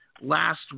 last